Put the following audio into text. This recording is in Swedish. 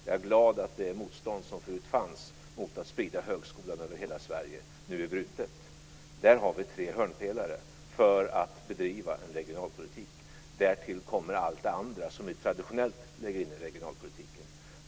Jag är glad över att det motstånd som förut fanns mot att sprida högskolan över hela Sverige nu är brutet. Där har vi tre hörnpelare för att bedriva en regionalpolitik. Därtill kommer allt det andra som vi traditionellt lägger in i regionalpolitiken.